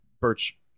birch